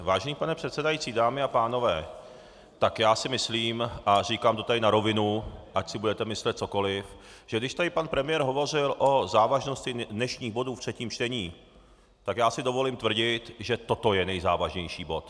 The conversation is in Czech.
Vážený pane předsedající, dámy a pánové, tak já si myslím, a říkám to tady na rovinu, ať si budete myslet cokoliv, že když tady pan premiér hovořil o závažnosti dnešních bodů v třetím čtení, tak já dovolím tvrdit, že toto je nejzávažnější bod.